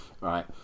Right